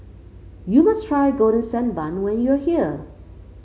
you must try Golden Sand Bun when you are here